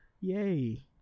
Yay